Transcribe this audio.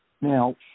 Now